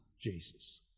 Jesus